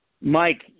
Mike